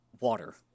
water